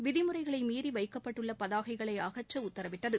விதிமுறைகளை மீறி வைக்கப்பட்டுள்ள பதாகைகளை அகற்ற உத்தரவிட்டது